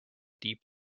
deep